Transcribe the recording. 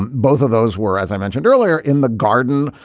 and both of those were, as i mentioned earlier, in the garden.